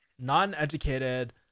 non-educated